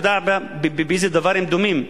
אתה יודע באיזה דבר הם דומים?